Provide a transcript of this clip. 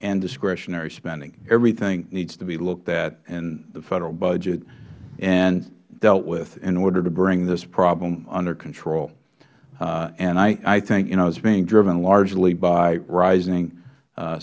and discretionary spending everything needs to be looked at in the federal budget and dealt with in order to bring this problem under control and i think it is being driven largely by rising